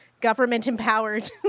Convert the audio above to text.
government-empowered